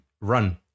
run